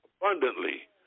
abundantly